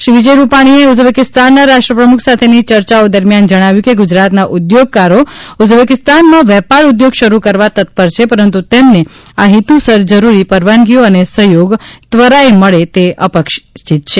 શ્રી વિજયભાઇ રૂપાણીએ ઉઝબેકિસ્તાન રાષ્ટ્રપ્રમુખ સાથેની ચર્ચાઓ દરમિયાન જણાવ્યું કે ગુજરાતના ઊદ્યોગકારો ઉઝબેકિસ્તાનમાં વેપાર ઊદ્યોગ શરૂ કરવા તત્પર છે પરંતુ તેમને આ હેતુસર જરૂરી પરવાનગીઓ અને સહયોગ ત્વરાએ મળે તે અપેક્ષિત છે